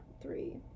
three